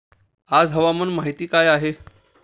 आज हवामान माहिती काय आहे?